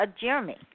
Jeremy